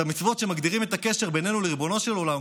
את המצוות שמגדירות את הקשר בינינו לריבונו של עולם,